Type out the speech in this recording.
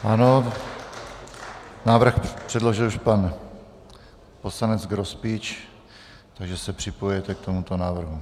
Ano, návrh předložil už pan poslanec Grospič, takže se připojujete k tomuto návrhu.